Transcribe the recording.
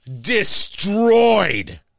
destroyed